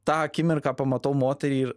tą akimirką pamatau moterį ir